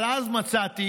אבל אז מצאתי